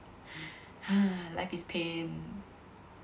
life is pain